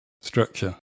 structure